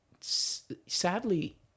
sadly